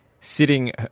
sitting